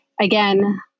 again